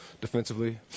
defensively